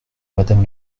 madame